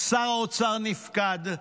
שר האוצר נפקד,